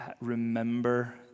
remember